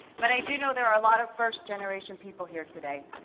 but i do know there are a lot of first-generation people here today.